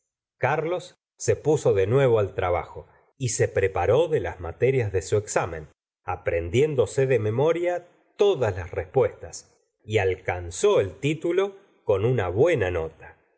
carlos se puso de nuevo al trabajo y se preparó de las materias de su examen aprendiéndose de memoria todas las respuestas y alcanzó el título con una buena nota